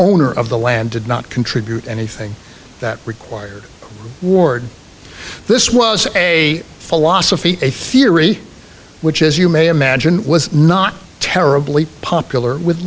owner of the land did not contribute anything that required ward this was a philosophy a theory which as you may imagine was not terribly popular with